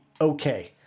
okay